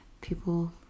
people